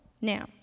Now